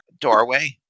doorway